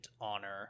honor